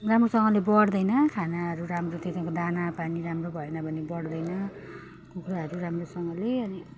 राम्रोसँगले बढ्दैन खानाहरू राम्रो थियो तिनीहरूको दाना पानी राम्रो भएन भने बढ्दैन कुखुराहरू राम्रोसँगले अनि